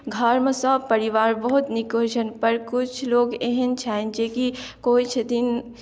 घरमे सब परिवार बहुत नीक होइ छनि पर किछु लोग एहेन छनि जे कि कोइ छथिन